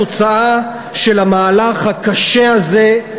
התוצאה של המהלך הקשה הזה,